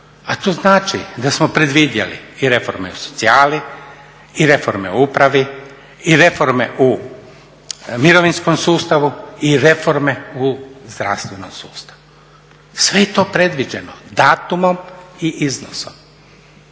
a to znači da smo predvidjeli i reforme u socijali i reforme u upravi i reforme u mirovinskom sustavu i reforme u zdravstvenom sustavu. Sve je to predviđeno datumom i iznosom.